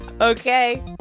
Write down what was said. okay